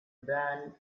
band